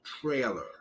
Trailer